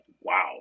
wow